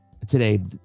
Today